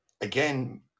again